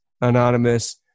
Anonymous